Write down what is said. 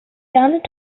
gallant